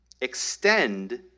extend